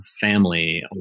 family